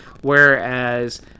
Whereas